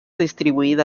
distribuida